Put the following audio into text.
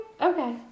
Okay